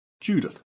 Judith